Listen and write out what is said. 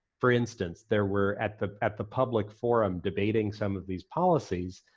for instance, there were, at the at the public forum, debating some of these policies,